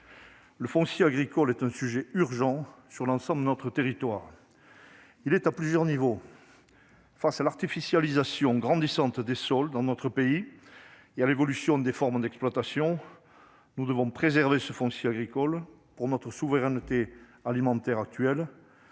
Le foncier agricole est un sujet urgent sur l'ensemble de notre territoire. Il l'est à plusieurs niveaux. Face à l'artificialisation grandissante des sols dans notre pays et à l'évolution des formes d'exploitation, nous devons préserver ce foncier agricole pour notre souveraineté alimentaire actuelle,